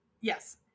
Yes